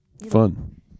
Fun